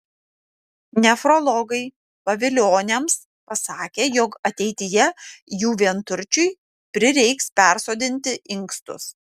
nefrologai pavilioniams pasakė jog ateityje jų vienturčiui prireiks persodinti inkstus